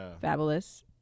Fabulous